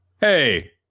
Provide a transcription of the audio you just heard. Hey